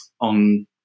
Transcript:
on